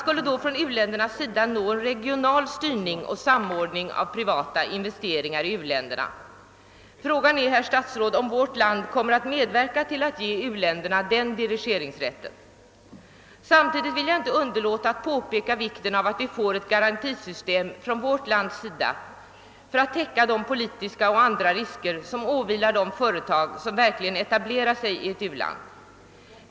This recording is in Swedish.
U-länderna skulle då nå en regional styrning och samordning av privata investeringar. Frågan är, herr statsråd, om vårt land kommer att medverka till att ge u-länderna den dirigeringsrätten. Jag vill inte underlåta att samtidigt understryka vikten av att vi från vårt lands sida får ett system som garanterar täckning av de politiska och andra risker som åvilar de företag vilka verkligen etablerar sig i ett u-land.